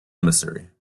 emissary